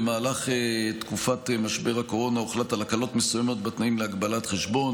במהלך תקופת משבר הקורונה הוחלט על הקלות מסוימות בתנאים להגבלת חשבון.